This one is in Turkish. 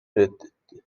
reddetti